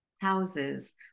houses